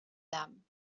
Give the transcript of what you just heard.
them